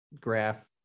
graph